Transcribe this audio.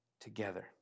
together